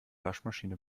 waschmaschine